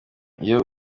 iyo